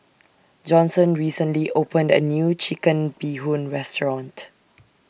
Johnson recently opened A New Chicken Bee Hoon Restaurant